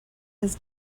his